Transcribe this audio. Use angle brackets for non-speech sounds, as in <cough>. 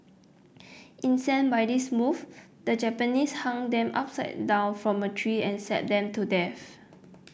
incensed by this move the Japanese hung them upside down from a tree and <unintelligible> them to death